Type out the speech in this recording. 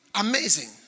amazing